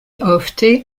ofte